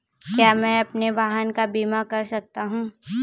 क्या मैं अपने वाहन का बीमा कर सकता हूँ?